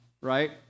right